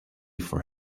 for